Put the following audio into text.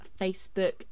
Facebook